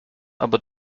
aber